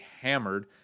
hammered